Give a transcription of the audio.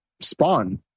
Spawn